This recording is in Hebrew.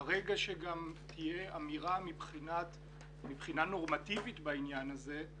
ברגע שגם תהיה אמירה מבחינה נורמטיבית בעניין הזה,